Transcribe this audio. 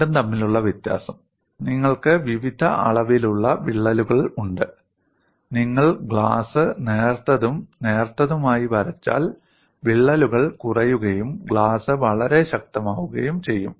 രണ്ടും തമ്മിലുള്ള വ്യത്യാസം നിങ്ങൾക്ക് വിവിധ അളവിലുള്ള വിള്ളലുകൾ ഉണ്ട് നിങ്ങൾ ഗ്ലാസ് നേർത്തതും നേർത്തതുമായി വരച്ചാൽ വിള്ളലുകൾ കുറയുകയും ഗ്ലാസ് വളരെ ശക്തമാവുകയും ചെയ്യും